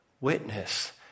witness